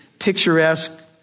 picturesque